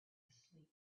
asleep